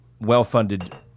well-funded